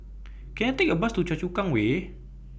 Can I Take A Bus to Choa Chu Kang Way